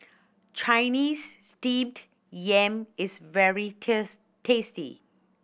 Chinese Steamed Yam is very tasty